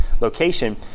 location